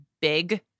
big